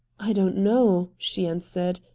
i don't know, she answered.